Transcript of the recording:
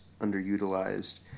underutilized